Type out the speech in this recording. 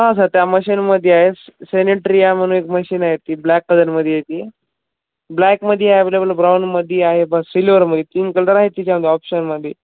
हां सर त्या मशीनमध्ये आहे सॅनिट्रीया म्हणून एक मशीन आहे ती ब्लॅक कलरमध्ये येते ब्लॅकमध्ये अव्लेबल ब्राऊनमध्ये आहे ब सिल्वरमध्ये तीन कलर आहे तिच्यामध्ये ऑप्शनमध्ये